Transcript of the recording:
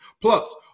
Plus